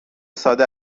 ساده